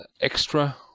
extra